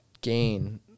gain